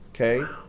Okay